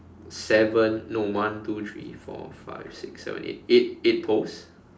seven no one two three four five six seven eight eight eight poles